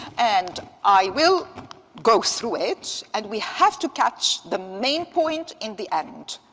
and i will go through it, and we have to catch the main point in the end,